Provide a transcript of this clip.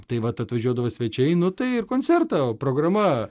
tai vat atvažiuodavo svečiai nu tai ir koncerto programa